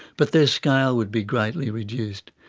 but their scale would be greatly reduced.